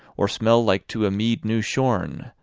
or smell like to a meade new-shorne,